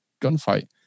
gunfight